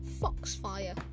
Foxfire